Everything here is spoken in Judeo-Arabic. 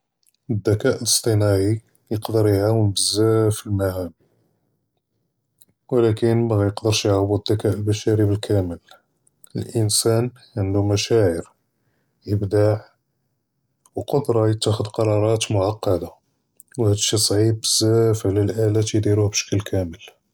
אֶלְזְכָּא אֶלְאִסְטִנְעַאי יְקוּדֶר יְעַוֵּן בְּזַאף פִּי אֶלְמְهָם וּלָקִין מַכִּיַקוּדֶרש יְעוֹבֵּד אֶלְזְכָּא אֶלְבַּשَرִי כָּאמֵל, אֶלְאִנְסָאן עַנדוּ מַשָּׁاعִיר אֶלְאִבְדָاع וְאֶלְקֻדְרָה יִתַּחַדַּד קְרַארַאת מֻעַקָּדָה וְהָאדּ אֶלְשִּׁי צְעִיב בְּזַאף עַל אֶלְאָלָאת יְדִירוּהּ בִּשְּׁكַל כָּאמֵל.